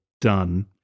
done